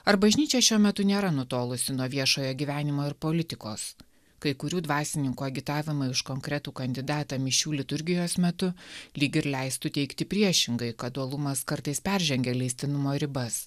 ar bažnyčia šiuo metu nėra nutolusi nuo viešojo gyvenimo ir politikos kai kurių dvasininkų agitavimą už konkretų kandidatą mišių liturgijos metu lyg ir leistų teigti priešingai kad dualumas kartais peržengia leistinumo ribas